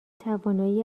توانایی